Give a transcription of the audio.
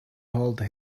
hold